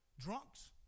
drunks